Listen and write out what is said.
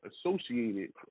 associated